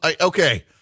Okay